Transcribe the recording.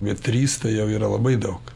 bet trys tai jau yra labai daug